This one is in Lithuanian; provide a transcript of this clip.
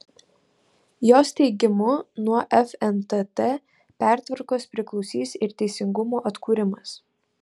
jos teigimu nuo fntt pertvarkos priklausys ir teisingumo atkūrimas